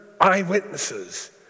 eyewitnesses